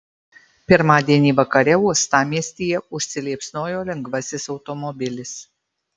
pirmadienį vakare uostamiestyje užsiliepsnojo lengvasis automobilis